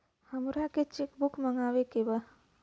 हमारा के cheque book मगावे के बा?